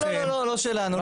לא שלנו.